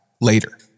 later